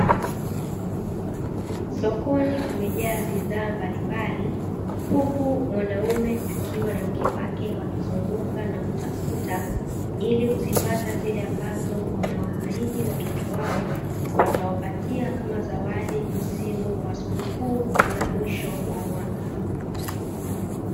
Sokoni kumejaa bidhaa mbalimbali huku mwanaume akiwa na mke wake wakizunguka na kutafuta, ili kuzipata zile ambazo wamewaahidi watoto wao watawapatia kama zawadi msimu wa sikukuu za mwisho wa mwaka.